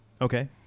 okay